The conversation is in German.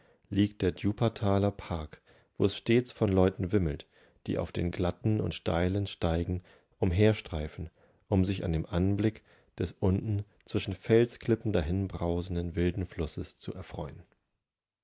liegt der djupataler park wo es stets von leuten wimmelt die auf den glatten und steilen steigen umherstreifen um sich an dem anblick des unten zwischen felsenklippen dahinbrausenden wilden flusseszuerfreuen eswarhierwieandemerstenlagerplatz